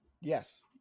yes